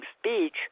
speech